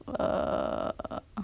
err